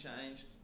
changed